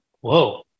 whoa